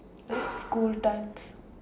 oh school times